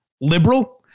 liberal